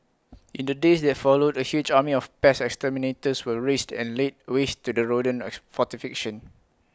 in the days that followed A huge army of pest exterminators were raised and laid waste to the rodent as fortification